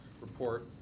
report